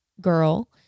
girl